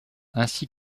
ainsi